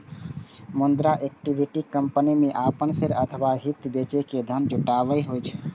मुदा equity company मे अपन शेयर अथवा हित बेच के धन जुटायब होइ छै